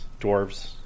dwarves